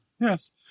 Yes